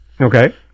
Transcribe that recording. Okay